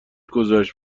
گذشت